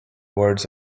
words